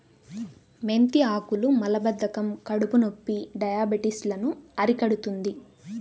మెంతి ఆకులు మలబద్ధకం, కడుపునొప్పి, డయాబెటిస్ లను అరికడుతుంది